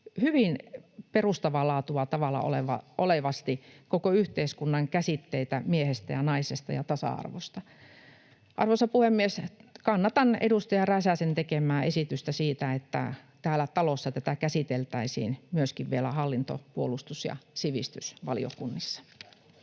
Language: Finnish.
hyvin perustavaa laatua olevalla tavalla koko yhteiskunnan käsitteitä miehestä ja naisesta ja tasa-arvosta. Arvoisa puhemies! Kannatan edustaja Räsäsen tekemää esitystä siitä, että täällä talossa tätä käsiteltäisiin myöskin vielä hallinto-, puolustus- ja sivistysvaliokunnissa.